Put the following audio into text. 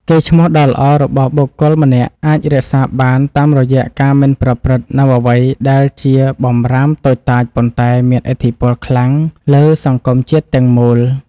កេរ្តិ៍ឈ្មោះដ៏ល្អរបស់បុគ្គលម្នាក់អាចរក្សាបានតាមរយៈការមិនប្រព្រឹត្តនូវអ្វីដែលជាបម្រាមតូចតាចប៉ុន្តែមានឥទ្ធិពលខ្លាំងលើសង្គមជាតិទាំងមូល។